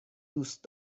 دوست